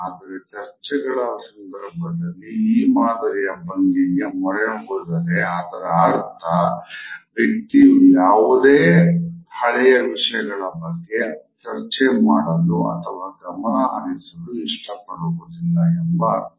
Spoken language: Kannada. ಆದರೆ ಚರ್ಚೆಗಳ ಸಂದರ್ಭದಲ್ಲಿ ಈ ಮಾದರಿಯ ಭಂಗಿಗೆ ಮೊರೆ ಹೋದರೆ ಅದರ ಅರ್ಥ ವ್ಯಕ್ತಿಯು ಯಾವುದೇ ಹಳೆಯ ವಿಷಯಗಳ ಬಗ್ಗೆ ಚರ್ಚೆ ಮಾಡಲು ಅಥವಾ ಗಮನ ಹರಿಸಲು ಇಷ್ಟ ಪಡುವುದಿಲ್ಲ ಎಂಬ ಅರ್ಥ